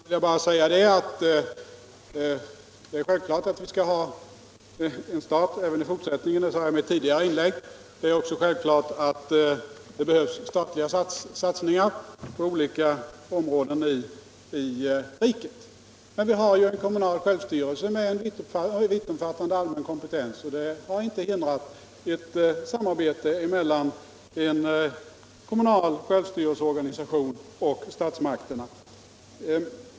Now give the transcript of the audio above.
Herr talman! Till herr Östrand vill jag bara säga att självklart skall vi ha en stat även i fortsättningen — det sade jag även i mitt tidigare inlägg. Det är också självklart att det behövs statliga satsningar på olika håll i riket. Men vi har ju en kommunal självstyrelse med en vittomfattande allmän kompetens, och det har inte hindrat ett samarbete mellan en kommunal självstyrelseorganisation och statsmakterna.